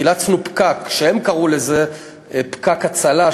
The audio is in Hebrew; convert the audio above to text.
חילצנו פקק שהם קראו לו "פקק הצלה",